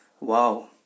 wow